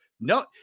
No